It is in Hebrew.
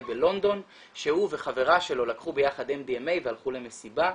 בלונדון שהוא וחברה שלו לקחו ביחד MDMA והלכו למסיבה.